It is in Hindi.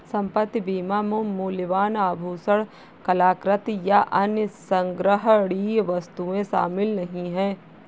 संपत्ति बीमा में मूल्यवान आभूषण, कलाकृति, या अन्य संग्रहणीय वस्तुएं शामिल नहीं हैं